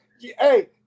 hey